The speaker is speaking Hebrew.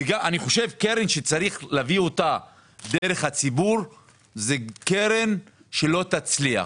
אני חושב שקרן שצריך להביא אותה דרך הציבור היא קרן שלא תצליח.